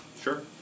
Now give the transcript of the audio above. Sure